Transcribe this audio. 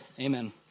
Amen